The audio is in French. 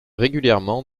régulièrement